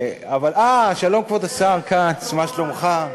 יש, שלום, כבוד השר כץ, מה שלומך?